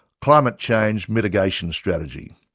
climate change mitigation strategy.